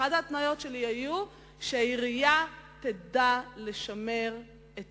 אחת ההתניות שלי היתה שהעירייה תדע לשמר את